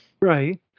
Right